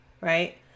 right